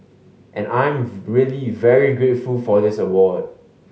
and I'm really very grateful for this award